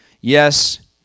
Yes